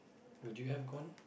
would you have gone